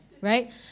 Right